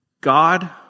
God